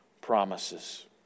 promises